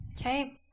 Okay